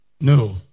no